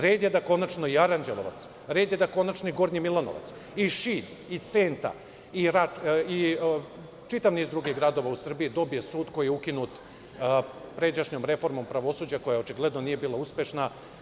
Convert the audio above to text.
Red je da konačno i Aranđelovac, red je da konačno i Gornji Milanovac i Šid i Senta i čitav niz drugih gradova u Srbiji dobiju sudove koji su ukinuti pređašnjom reformom pravosuđa, koja očigledno nije bila uspešna.